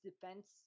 defense